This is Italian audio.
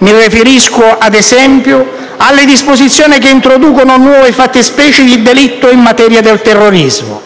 Mi riferisco - ad esempio - alle disposizioni che introducono nuove fattispecie di delitto in materia di terrorismo,